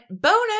bonus